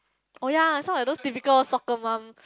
oh ya sound like those typical soccer mum